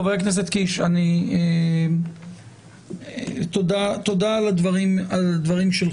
חבר הכנסת קיש, תודה על הדברים שלך.